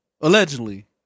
allegedly